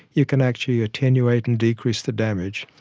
you can actually attenuate and decrease the damage.